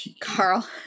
Carl